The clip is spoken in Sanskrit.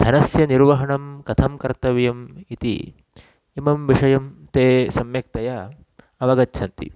धनस्य निर्वहणं कथं कर्तव्यम् इति इमं विषयं ते सम्यक्तया अवगच्छन्ति